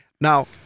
Now